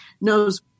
knows